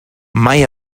mai